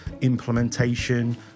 implementation